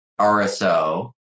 RSO